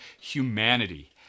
Humanity